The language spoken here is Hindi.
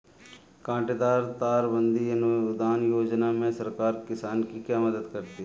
कांटेदार तार बंदी अनुदान योजना में सरकार किसान की क्या मदद करती है?